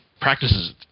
practices